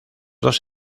dos